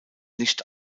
nicht